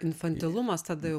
infantilumas tada jau